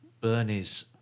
Bernie's